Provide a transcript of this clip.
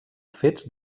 fets